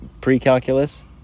pre-calculus